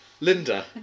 Linda